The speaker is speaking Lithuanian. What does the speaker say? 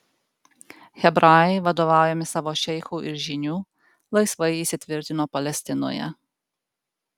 hebrajai vadovaujami savo šeichų ir žynių laisvai įsitvirtino palestinoje